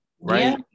right